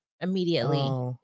immediately